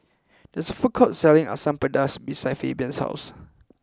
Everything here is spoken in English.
there is a food court selling Asam Pedas behind Fabian's house